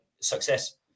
success